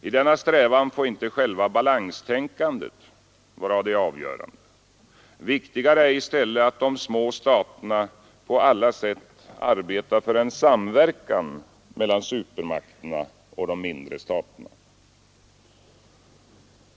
I denna strävan får inte själva balanstänkandet vara det avgörande. Viktigare är i stället att de små staterna på alla sätt arbetar för en samverkan mellan supermakterna och de mindre staterna.